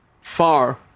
far